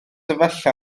efallai